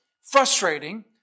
frustrating